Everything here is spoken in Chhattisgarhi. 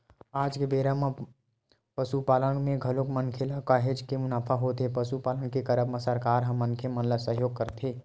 आज के बेरा म पसुपालन म घलोक मनखे ल काहेच के मुनाफा होथे पसुपालन के करब म सरकार ह मनखे मन ल सहयोग करथे